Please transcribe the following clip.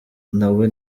nawe